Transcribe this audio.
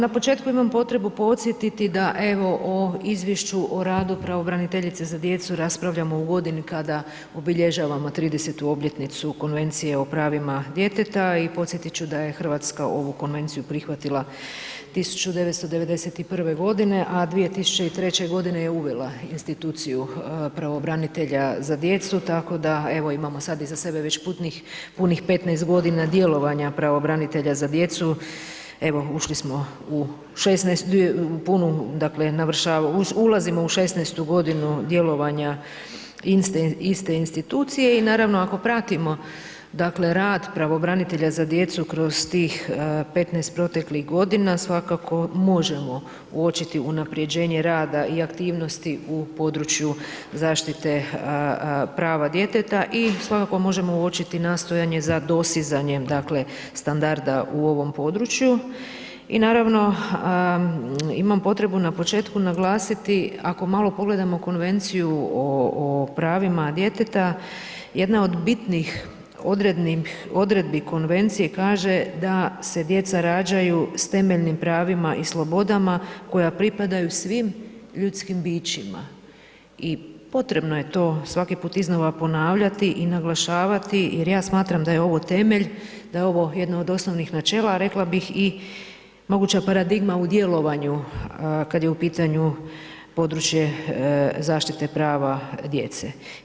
Na početku imam potrebu podsjetiti da evo u ovom izvješću o radu pravobraniteljice za djecu raspravljamo u godini kada obilježavamo 30.-tu obljetnicu Konvencije o pravima djeteta i podsjetit ću da je RH ovu konvenciju prihvatila 1991.g., a 2003.g. je uvela instituciju pravobranitelja za djecu, tako da evo imamo sad iza sebe već punih 15.g. djelovanja pravobranitelja za djecu, evo ušli smo u 16.-tu punu, dakle, navršavamo, ulazimo u 16.-tu godinu djelovanja iste institucije i naravno ako pratimo, dakle, rad pravobranitelja za djecu kroz tih 15 proteklih godina, svakako možemo uočiti unaprjeđenje rada i aktivnosti u području zaštite prava djeteta i svakako možemo uočiti nastojanje za dostizanjem, dakle, standarda u ovom području i naravno imam potrebu na početku naglasiti ako malo pogledamo Konvenciju o pravima djeteta, jedna od bitnih odredbi konvencije kaže da se djeca rađaju s temeljnim pravima i slobodama, koja pripadaju svim ljudskim bićima i potrebno je to svaki put iznova ponavljati i naglašavati jer ja smatram da je ovo temelj, da je ovo jedno od osnovnih načela, a rekla bih i moguća paradigma u djelovanju kada je u pitanju područje zaštite prava djece.